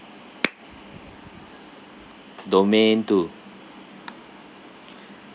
domain two